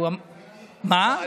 מה?